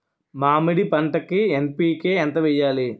మామిడి పంటకి ఎన్.పీ.కే ఎంత వెయ్యాలి?